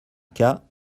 cas